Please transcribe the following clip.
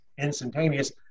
instantaneous